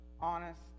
honest